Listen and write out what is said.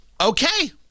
Okay